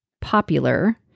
popular